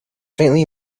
faintly